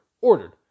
ordered